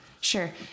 sure